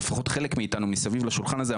או לפחות חלק מאיתנו מסביב לשולחן הזה,